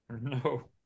No